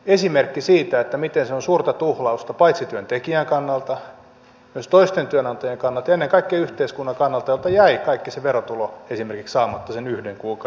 esimerkki siitä miten se on suurta tuhlausta paitsi työntekijän kannalta myös toisten työnantajien kannalta ja ennen kaikkea yhteiskunnan kannalta jolta jäi kaikki se verotulo esimerkiksi saamatta sen yhden kuukauden ajalta